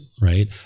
right